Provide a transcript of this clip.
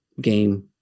game